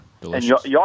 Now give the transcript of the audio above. Delicious